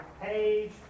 Page